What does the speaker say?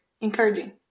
Encouraging